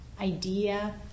idea